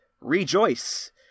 rejoice